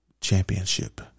championship